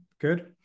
good